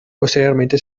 posteriormente